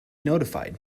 notified